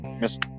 Miss